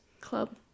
club